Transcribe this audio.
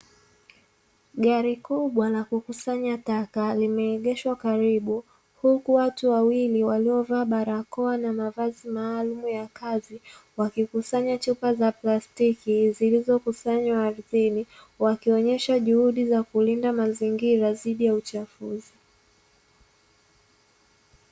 Gari kubwa la kukusanya taka limeegeshwa karibu, huku watu wawili waliovaa barakoa na mavazi maalumu ya kazi, wakikusanya chupa za plastiki zilizokusanywa ardhini, wakionyesha juhudi za kulinda mazingira dhidi ya uchafuzi.